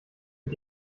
mit